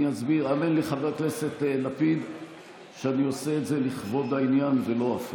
אני אענה לחבר הכנסת לפיד שאני עושה את זה לכבוד העניין ולא הפוך.